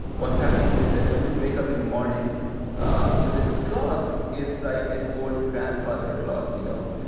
what's happening is that when you wake up in the morning um so this clock is like an old grandfather clock, you know?